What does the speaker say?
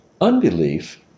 Unbelief